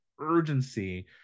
urgency